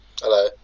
Hello